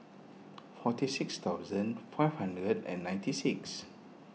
forty six thousand five hundred and ninety six